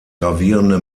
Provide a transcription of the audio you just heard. gravierende